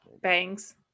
Bangs